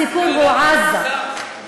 הסיפור הוא עזה, מדברת על מוסר?